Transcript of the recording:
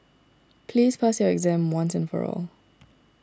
please pass your exam once and for all